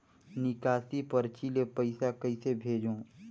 निकासी परची ले पईसा कइसे भेजों?